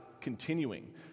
continuing